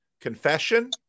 confession